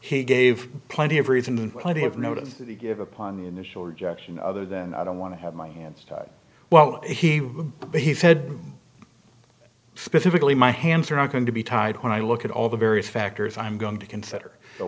fourth he gave plenty of reason and plenty of notice that he gave upon the initial rejection other than i don't want to have my hands tied well he he said specifically my hands are not going to be tied when i look at all the various factors i'm going to consider